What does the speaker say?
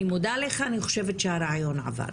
אני מודה לך, אני חושבת שהרעיון עבר.